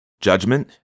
Judgment